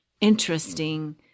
interesting